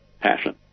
passion